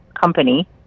company